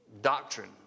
doctrine